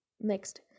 Next